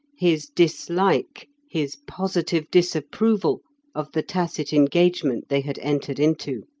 his dislike, his positive disapproval of the tacit engagement they had entered into.